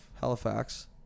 Halifax